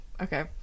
okay